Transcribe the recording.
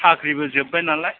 साख्रिबो जोबबाय नालाय